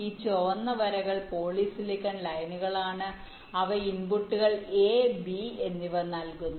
ഈ ചുവന്ന വരകൾ പോളിസിലിക്കൺ ലൈനുകളാണ് അവ ഇൻപുട്ടുകൾ a b എന്നിവ നൽകുന്നു